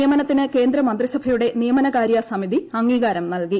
നിയമനത്തിന് കേന്ദ്ര മന്ത്രിസഭയുടെ നിയമനകാര്യ സമിതി അംഗീകാരം നൽകി